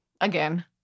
again